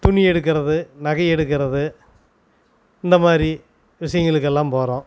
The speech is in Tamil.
துணி எடுக்கிறது நகை எடுக்கிறது இந்த மாதிரி விஷயங்களுக்கெல்லாம் போகிறோம்